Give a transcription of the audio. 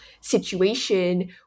situation